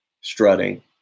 strutting